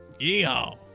Yeehaw